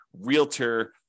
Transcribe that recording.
realtor